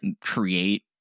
create